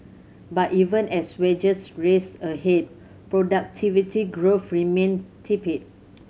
but even as wages raced ahead productivity growth remained tepid